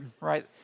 Right